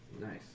Nice